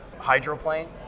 hydroplane